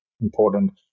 important